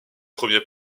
premier